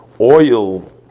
oil